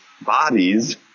bodies